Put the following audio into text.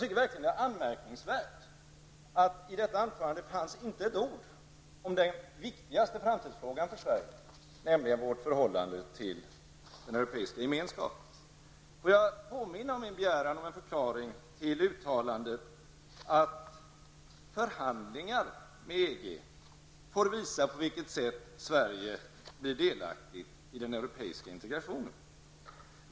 Det är verkligen anmärkningsvärt att det i hans anförande inte fanns ett enda ord om den viktigaste framtidsfrågan för Sverige, nämligen vårt förhållande till EG. Får jag påminna om min begäran om en förklaring till uttalandet att förhandlingar med EG får visa på vilket sätt Sverige blir delaktigt i den europeiska integrationen.